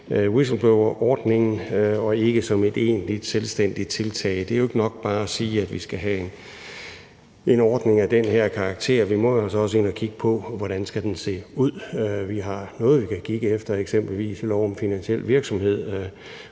whistleblowerordningen og ikke som et egentlig selvstændigt tiltag. Det er jo ikke nok bare at sige, at vi skal have en ordning af den her karakter. Vi må jo altså også ind at kigge på, hvordan den skal se ud. Vi har noget, vi kan kigge efter, eksempelvis lov om finansiel virksomhed,